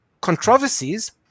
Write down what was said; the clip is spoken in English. controversies